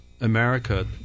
America